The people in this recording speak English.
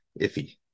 iffy